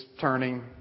turning